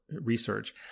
research